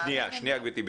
שנייה, שנייה גברתי.